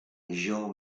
joe